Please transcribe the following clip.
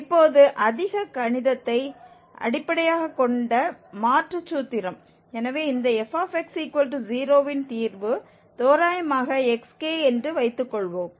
இப்போது அதிக கணிதத்தை அடிப்படையாகக் கொண்ட மாற்று சூத்திரம் எனவே இந்த fx0 ன் தீர்வு தோராயமாக xk என்று வைத்துக்கொள்வோம்